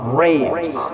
raves